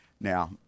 Now